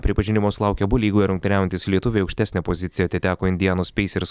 pripažinimo sulaukė abu lygoje rungtyniaujantys lietuviai aukštesnė pozicija atiteko indianos peisers